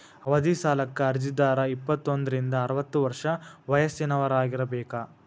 ಅವಧಿ ಸಾಲಕ್ಕ ಅರ್ಜಿದಾರ ಇಪ್ಪತ್ತೋಂದ್ರಿಂದ ಅರವತ್ತ ವರ್ಷ ವಯಸ್ಸಿನವರಾಗಿರಬೇಕ